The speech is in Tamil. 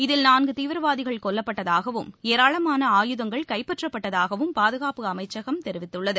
இதில் நான்கு தீவிரவாதிகள் கொல்லப்பட்டதாகவும் ஏராளமான ஆயுதங்கள் கைப்பற்றப்பட்டதாகவும் பாதுகாப்பு அமைச்சகம் தெரிவித்துள்ளது